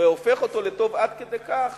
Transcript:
והופך אותו לטוב עד כדי כך